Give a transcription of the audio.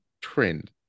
trend